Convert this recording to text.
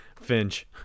Finch